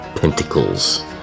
pentacles